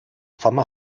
fama